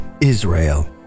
Israel